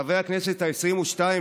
חברי הכנסת העשרים-ושתיים,